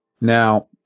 now